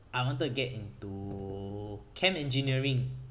I wanted to get into chem engineering